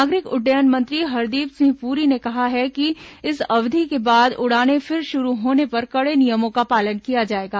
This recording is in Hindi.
नागरिक उड्डयन मंत्री हरदीप सिंह पुरी ने कहा कि इस अवधि के बाद उड़ाने फिर शुरू होने पर कड़े नियमों का पालन किया जाएगा